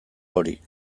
hori